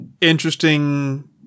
interesting